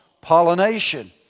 pollination